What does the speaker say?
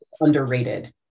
Underrated